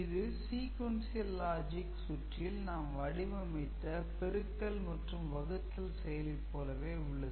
இது "Sequential Logic" சுற்றில் நாம் வடிவமைத்த பெருக்கல் மற்றும் வகுத்தல் செயலி போலவே உள்ளது